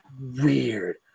weird